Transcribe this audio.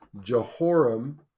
Jehoram